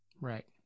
Right